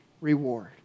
Reward